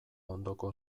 ondoko